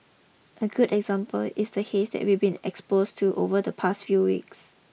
a good example is the haze that we've been exposed to over the past few weeks